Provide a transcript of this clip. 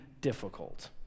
difficult